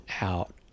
out